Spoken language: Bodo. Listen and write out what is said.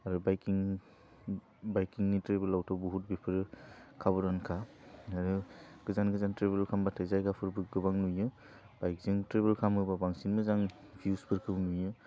आरो बाइकिं बाइकिंनि ट्रेबोलाव बुहुत बेफोरो खाब'दानखा आरो गोजान गोजान ट्रबोल खालामबाथाय जायगाफोरखौ गोबां नुयो बाइकजों ट्रेबोल खालामोबा बांसिन मोजां भिउसफोरखौ नुयो